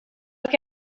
che